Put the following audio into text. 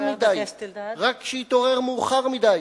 רק שיתעורר מאוחר מדי.